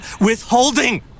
withholding